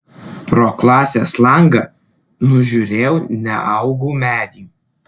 pro klasės langą nužiūrėjau neaugų medį